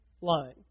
line